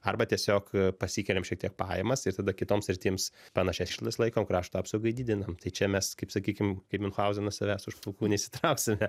arba tiesiog pasikeliam šiek tiek pajamas ir tada kitoms sritims panašias išlaidas laikom krašto apsaugai didinam tai čia mes kaip sakykim kaip miunchauzenas savęs už plaukų neišsitrauksime